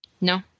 No